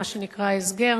מה שנקרא הסגר.